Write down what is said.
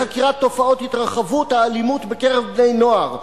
לחקירת תופעות התרחבות האלימות בקרב בני-נוער,